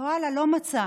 ולא מצא